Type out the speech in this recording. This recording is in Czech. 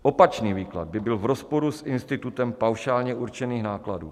Opačný výklad by byl v rozporu s institutem paušálně určených nákladů.